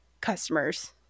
customers